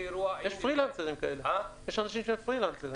יש אנשים שהם פרי לנסרים כאלה.